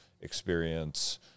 experience